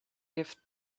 gift